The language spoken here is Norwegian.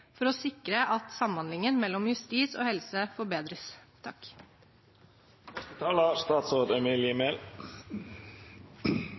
for å sikre at samhandlingen mellom justis og helse forbedres.